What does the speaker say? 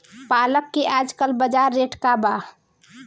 पालक के आजकल बजार रेट का बा?